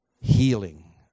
healing